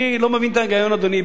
אני לא מבין את ההיגיון, אדוני.